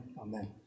Amen